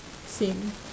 same